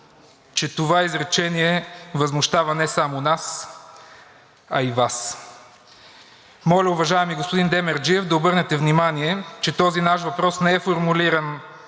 че това изречение възмущава не само нас, а и Вас. Моля, уважаеми господин Демерджиев, да обърнете внимание, че този наш въпрос не е формулиран